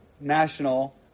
national